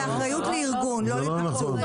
לא, זאת אחריות לארגון, לא לתקצוב.